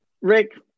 Rick